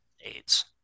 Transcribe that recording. aids